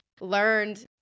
learned